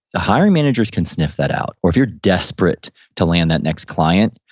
the hiring managers can sniff that out. or if you're desperate to land that next client,